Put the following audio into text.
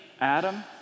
Adam